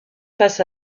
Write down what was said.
passe